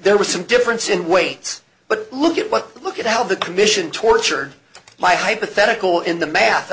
there was some difference in weight but look at what look at how the commission tortured my hypothetical in the math